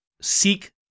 seek